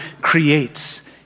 creates